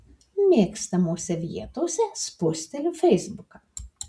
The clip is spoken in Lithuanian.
mėgstamose vietose spusteliu feisbuką